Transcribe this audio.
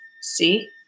See